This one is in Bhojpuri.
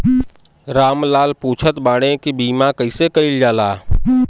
राम लाल पुछत बाड़े की बीमा कैसे कईल जाला?